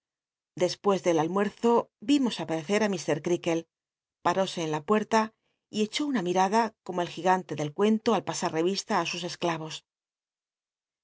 despues del almuerzo vimos aparecer á mr creakle l parose en la puerta y echó una miada como el gigan te del cuento al pasa e i la i sus escl